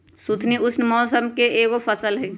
सुथनी उष्ण मौसम के एगो फसल हई